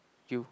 you